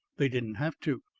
they didn't have to.